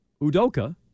Udoka